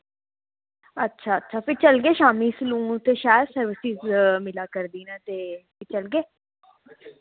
अच्छा अच्छा फिर चलगे शाम्मी सलून ते शैल सर्विसेस मिला करदी ऐ ते चलगे